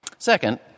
Second